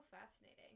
fascinating